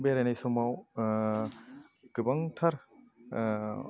बेरायनाय समाव गोबांथार